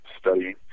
studying